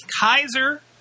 Kaiser